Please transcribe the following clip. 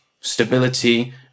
stability